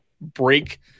break